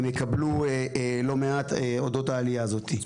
הם יקבלו לא מעט אודות העלייה הזאת.